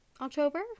october